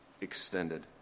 extended